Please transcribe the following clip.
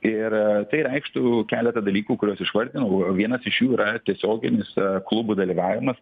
ir tai reikštų keletą dalykų kuriuos išvardinau vienas iš jų yra tiesioginis klubų dalyvavimas